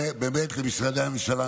ובאמת למשרדי הממשלה,